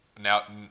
Now